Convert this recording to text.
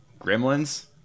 Gremlins